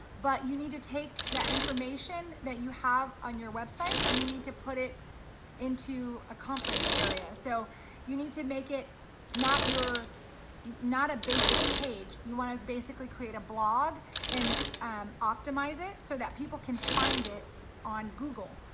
but you need to take that information that you have on your website, and you need to put it into a conference area. so you need to make it not a basic page, you wanna basically create a blog and optimize it so that people can find it on google.